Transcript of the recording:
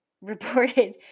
reported